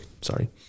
sorry